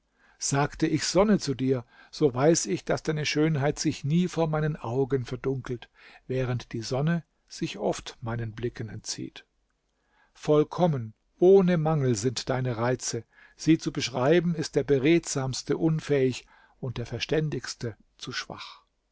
sage ich sonne zu dir so weiß ich daß deine schönheit sich nie vor meinen augen verdunkelt während die sonne sich oft meinen blicken entzieht vollkommen ohne mangel sind deine reize sie zu beschreiben ist der beredsamste unfähig und der verständigste zu schwach